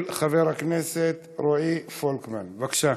יתחיל חבר הכנסת רועי פולקמן, בבקשה.